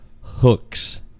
Hooks